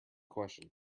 question